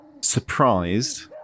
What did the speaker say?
surprised